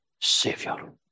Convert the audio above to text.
Savior